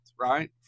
right